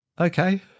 Okay